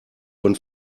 von